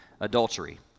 adultery